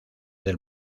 del